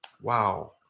wow